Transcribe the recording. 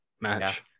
match